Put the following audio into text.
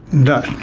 no.